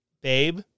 babe